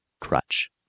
crutch